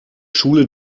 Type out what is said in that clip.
schule